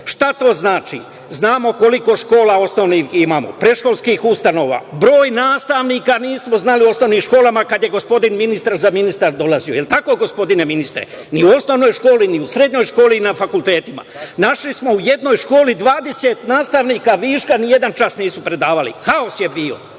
to znači? Znamo koliko osnovnih škola imamo, predškolskih ustanova. Broj nastavnika nismo znali u osnovnim školama kada je gospodin ministar za ministrom dolazio. Jel tako, gospodine ministre? Ni u osnovnoj školi, ni u srednjoj školi, ni na fakultetima. Našli smo u jednoj školi 20 nastavnika viška, nijedan čas nisu predavali. Haos je bio.I